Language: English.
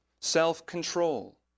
self-control